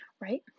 right